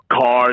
cars